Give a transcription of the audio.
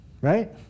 Right